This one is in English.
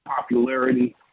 popularity